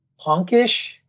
punkish